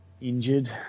Injured